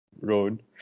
Road